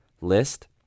list